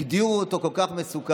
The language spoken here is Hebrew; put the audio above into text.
שהגדירו אותו כל כך מסוכן.